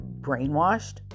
brainwashed